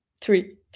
Three